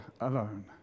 alone